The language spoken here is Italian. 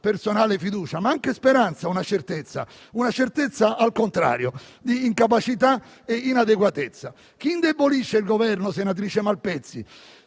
personale fiducia, ma anche Speranza è una certezza: una certezza al contrario, di incapacità e inadeguatezza. Chi indebolisce il Governo, senatrice Malpezzi?